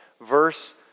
verse